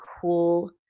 cool